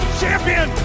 champion